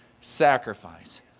sacrifice